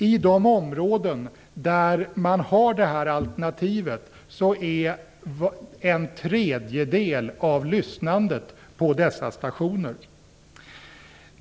I de områden där man har det här alternativet sker en tredjedel av lyssnandet på dessa stationer.